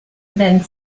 then